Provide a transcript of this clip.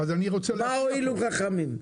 מה הואילו חכמים.